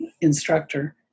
instructor